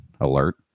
alert